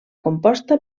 composta